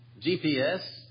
GPS